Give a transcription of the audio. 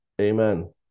Amen